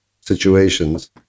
situations